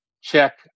check